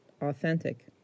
Authentic